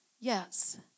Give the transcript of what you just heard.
Yes